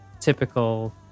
typical